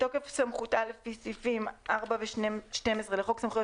בתוקף סמכותה לפי סעיפים 4 ו-12 לחוק סמכויות